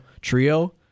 trio